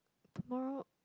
tomorrow